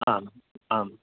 आम् आम्